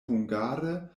hungare